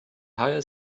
hire